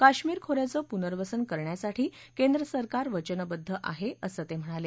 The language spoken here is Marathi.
काश्मीर खो याचं पुनवर्सन करण्यासाठी केंद्रसरकार वचनबद्ध आहे असं ते म्हणाले